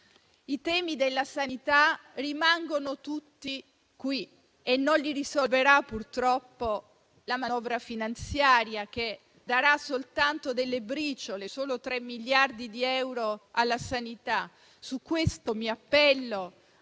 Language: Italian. I temi della sanità rimangono tutti qui e purtroppo non li risolverà la manovra finanziaria, che darà soltanto delle briciole, solo tre miliardi di euro alla sanità. Su questo mi appello